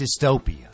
dystopia